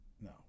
no